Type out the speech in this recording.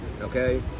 Okay